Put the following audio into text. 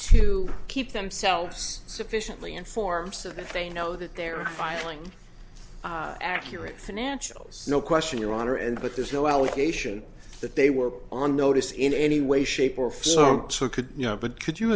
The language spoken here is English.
to keep themselves sufficiently inform seven if they know that they're filing accurate financials no question your honor and but there's no allegation that they were on notice in any way shape or form so could you know but could you